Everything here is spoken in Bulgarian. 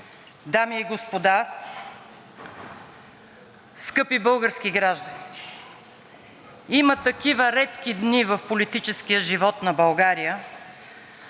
дами и господа, скъпи български граждани! Има такива редки дни в политическия живот на България,